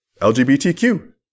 LGBTQ